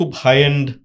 high-end